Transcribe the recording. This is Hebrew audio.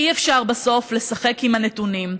אי-אפשר בסוף לשחק עם הנתונים.